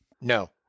no